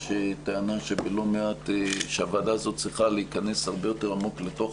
יש טענה שהוועדה הזאת צריכה להיכנס הרבה יותר עמוק לתוך